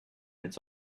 its